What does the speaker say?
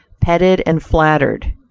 petted and flattered.